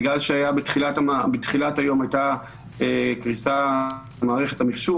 בגלל שהייתה בתחילת היום קריסה במערכת המחשוב